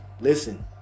listen